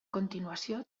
continuació